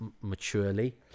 maturely